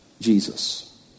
Jesus